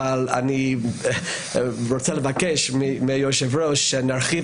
אבל אני רוצה לבקש מהיושב ראש שנרחיב